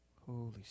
Holy